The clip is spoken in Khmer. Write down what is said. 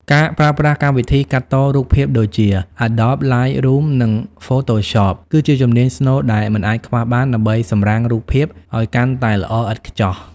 ការប្រើប្រាស់កម្មវិធីកាត់តរូបភាពដូចជា Adobe Lightroom និង Photoshop គឺជាជំនាញស្នូលដែលមិនអាចខ្វះបានដើម្បីសម្រាំងរូបភាពឱ្យកាន់តែល្អឥតខ្ចោះ។